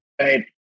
Right